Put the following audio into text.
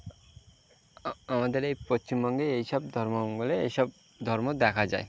আমাদের এই পশ্চিমবঙ্গে এই সব ধর্ম বলে এই সব ধর্ম দেখা যায়